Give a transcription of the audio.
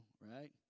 right